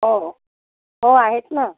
हो हो हो आहेत ना